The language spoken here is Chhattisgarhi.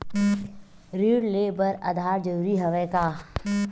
ऋण ले बर आधार जरूरी हवय का?